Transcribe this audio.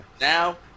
Now